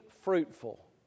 fruitful